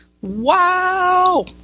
Wow